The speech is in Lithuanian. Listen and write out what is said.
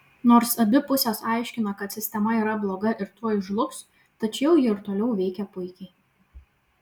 nors abi pusės aiškina kad sistema yra bloga ir tuoj žlugs tačiau ji ir toliau veikia puikiai